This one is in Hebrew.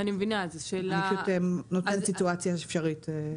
אני פשוט נותנת סיטואציה אפשרית.